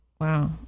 Wow